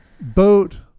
boat